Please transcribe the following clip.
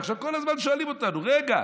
עכשיו, כל הזמן שואלים אותנו: רגע,